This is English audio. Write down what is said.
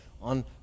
on